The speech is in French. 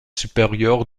supérieur